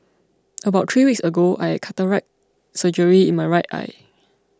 about three weeks ago I had cataract surgery in my right eye